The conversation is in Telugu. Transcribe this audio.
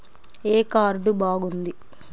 ఏ కార్డు బాగుంది?